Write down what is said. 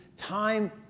Time